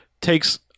takes